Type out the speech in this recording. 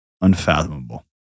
unfathomable